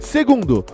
Segundo